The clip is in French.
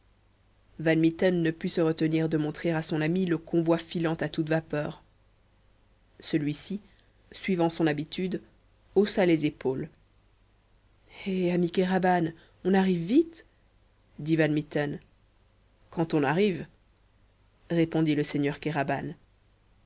van mitten ne put se retenir de montrer à son ami le convoi filant à toute vapeur celui-ci suivant son habitude haussa les épaules eh ami kéraban on arrive vite dit van mitten quand on arrive répondit le seigneur kéraban